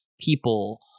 people